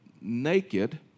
naked